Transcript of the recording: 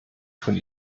von